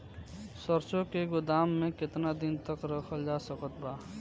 सरसों के गोदाम में केतना दिन तक रखल जा सकत बा?